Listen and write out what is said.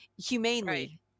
humanely